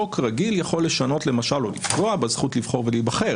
חוק רגיל יכול לשנות או לפגוע בזכות לבחור ולהיבחר